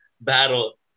battle